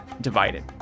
divided